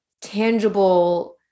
tangible